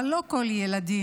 אבל לא כל הילדים,